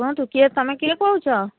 କୁହନ୍ତୁ କିଏ ତମେ କିଏ କହୁଛ